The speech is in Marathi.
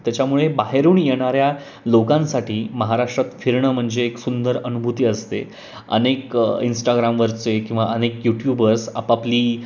त्याच्यामुळे बाहेरून येणाऱ्या लोकांसाठी महाराष्ट्रात फिरणं म्हणजे एक सुंदर अनुभूती असते अनेक इंस्टाग्रामवरचे किंवा अनेक यूट्यूबर्स आपापली